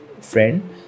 friend